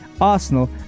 Arsenal